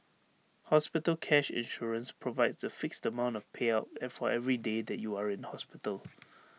hospital cash insurance provides A fixed amount of payout for every day that you are in hospital